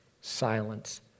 silence